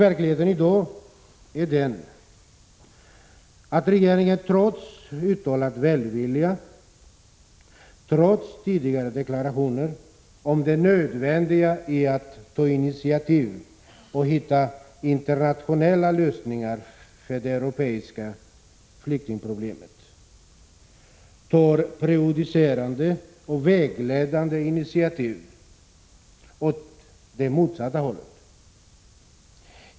Verkligheten är i dag den att regeringen trots uttalad välvilja, trots tidigare deklarationer om det nödvändiga i att ta initiativ och hitta internationella lösningar på det europeiska flyktingproblemet, tar prejudicerande och vägledande initiativ åt det motsatta hållet.